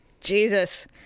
Jesus